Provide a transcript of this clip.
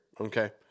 okay